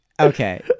Okay